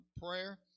prayer